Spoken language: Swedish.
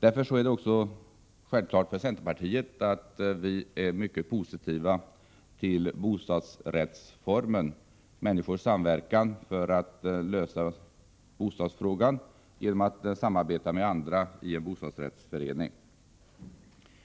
Därför är det självklart för centerpartiet att man är mycket positivt inställd till bostadsrättsformen — människors samverkan för att lösa bostadsfrågan genom att samarbeta med andra i en bostadsrättsförening.